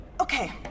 Okay